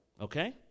Okay